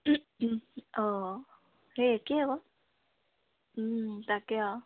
অঁ সেই একে আকৌ তাকে আৰু